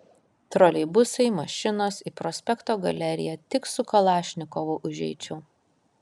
troleibusai mašinos į prospekto galeriją tik su kalašnikovu užeičiau